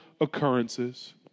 occurrences